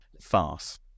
farce